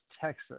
Texas